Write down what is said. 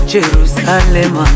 Jerusalem